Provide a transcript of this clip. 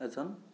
এজন